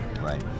right